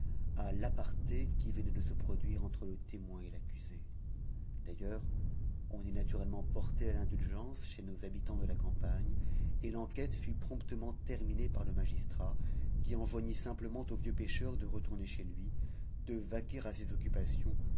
à l'a parte qui venait de se produire entre le témoin et l'accusé d'ailleurs on est naturellement porté à l'indulgence chez nos habitants de la campagne et l'enquête fut promptement terminée par le magistrat qui enjoignit simplement au vieux pêcheur de retourner chez lui de vaquer à ses occupations